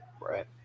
right